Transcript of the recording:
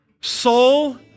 soul